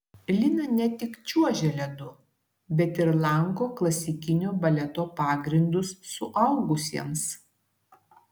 lina ne tik čiuožia ledu bet ir lanko klasikinio baleto pagrindus suaugusiesiems